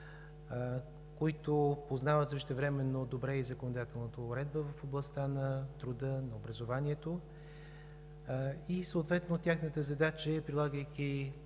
които същевременно познават добре и законодателната уредба в областта на труда, на образованието. Съответно тяхната задача е, прилагайки